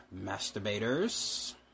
masturbators